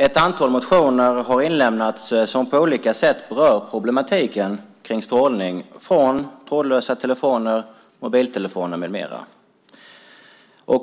Ett antal motioner har inlämnats som på olika sätt berör problematiken kring strålning från trådlösa telefoner, mobiltelefoner med mera.